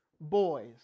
boys